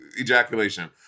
ejaculation